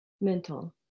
mental